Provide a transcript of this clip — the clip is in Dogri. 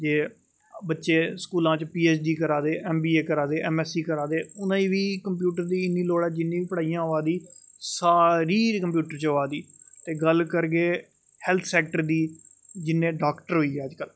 जे बच्चे स्कूलां च पी ऐच ड़ी करा दे ऐम बी ए करा दे ऐम ऐस सी करा दे उ'नेंई बी कंप्यूटर दी इन्नी लौड़ ऐ जिन्नी पढ़ाई होआ दी सारी कंप्यूटर च होआ दी ते गल्ल करगे हैल्थ सैक्टर दी जिन्ने डाक्टर होई ए अज्ज